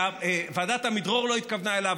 שוועדת עמידרור לא התכוונה אליו,